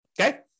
okay